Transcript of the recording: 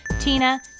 Tina